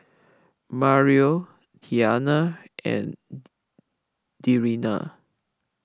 Mario Tiana and Darian